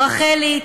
רחלי,